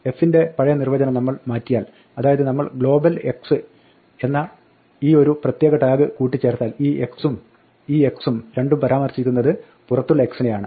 f ന്റെ പഴയ നിർവ്വചനം നമ്മൾ മാറ്റിയാൽ അതായത് നമ്മൾ global x എന്ന ഈ ഒരു പ്രത്യേക ടാഗ് കൂട്ടിച്ചർത്താൽ ഈ x ഉം ഈ x ഉം രണ്ടും പരാമർശിക്കുന്നത് പുറത്തുള്ള x നെയാണ്